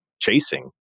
chasing